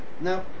Now